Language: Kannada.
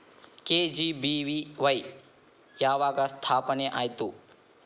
ಕೆ.ಜಿ.ಬಿ.ವಿ.ವಾಯ್ ಯಾವಾಗ ಸ್ಥಾಪನೆ ಆತು?